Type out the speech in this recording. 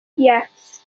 yes